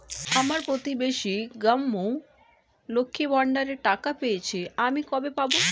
আমার প্রতিবেশী গাঙ্মু, লক্ষ্মীর ভান্ডারের টাকা পেয়ে গেছে, আমি কবে পাব?